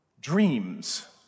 dreams